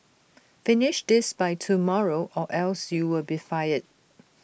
finish this by tomorrow or else you'll be fired